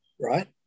right